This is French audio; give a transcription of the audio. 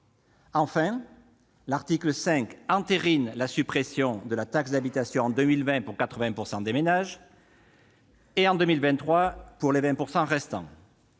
Enfin, l'article 5 entérine la suppression de la taxe d'habitation en 2020 pour 80 % des ménages et en 2023 pour les 20 % restants.